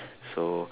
so